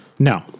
No